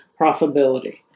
profitability